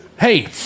Hey